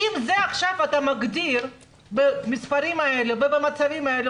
אם עכשיו אתה מגדיר במספרים האלה ובמצבים האלה,